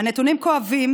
הנתונים כואבים